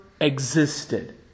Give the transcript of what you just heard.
existed